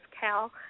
Cal